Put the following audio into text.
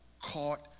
caught